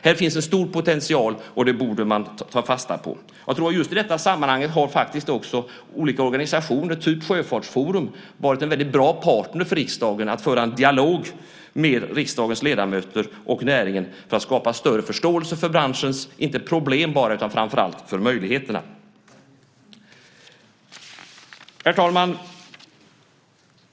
Här finns en stor potential, och det borde man ta fasta på. I just detta sammanhang har olika organisationer, till exempel Sjöfartsforum, varit en väldigt bra partner för riksdagens ledamöter och näringen att föra en dialog med för att skapa större förståelse för branschens problem men framför allt för dess möjligheter. Herr talman!